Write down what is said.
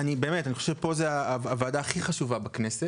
באמת, אני חושב שפה זו הוועדה הכי חשובה בכנסת